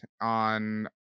on